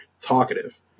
talkative